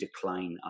decline